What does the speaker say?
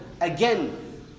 Again